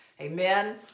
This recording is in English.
Amen